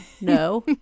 No